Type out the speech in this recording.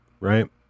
right